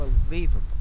Unbelievable